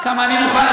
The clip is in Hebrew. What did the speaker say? כמה אני מוכן,